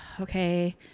okay